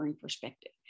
perspective